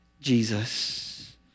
Jesus